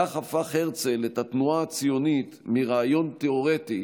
כך הפך הרצל את התנועה הציונית מרעיון תיאורטי,